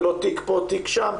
ולא תיק פה ותיק שם,